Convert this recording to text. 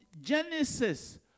Genesis